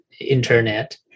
internet